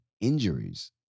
injuries